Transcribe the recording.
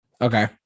Okay